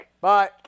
Bye